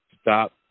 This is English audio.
Stop